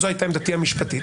זו הייתה עמדתי המשפטית,